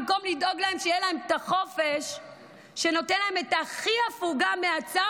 במקום לדאוג להם שיהיה להם את החופש שנותן להם הפוגה מהצער,